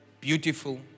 Beautiful